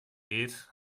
geht